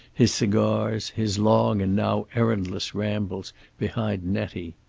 his cigars, his long and now errandless rambles behind nettie.